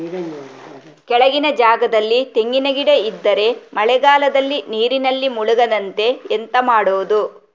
ಕೆಳಗಿನ ಜಾಗದಲ್ಲಿ ತೆಂಗಿನ ಗಿಡ ಇದ್ದರೆ ಮಳೆಗಾಲದಲ್ಲಿ ನೀರಿನಲ್ಲಿ ಮುಳುಗದಂತೆ ಎಂತ ಮಾಡೋದು?